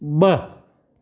ब॒